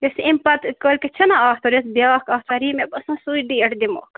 یۄس اَمہِ پَتہٕ کٲلکِیٚتھ چھَ نا آتھوار یۄس بیٛاکھ آتھوار یی مےٚ باسان سُے ڈیٹ دِمہوکھ